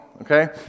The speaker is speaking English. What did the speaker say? Okay